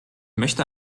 möchte